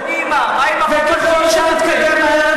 ומה עם מפלגת קדימה?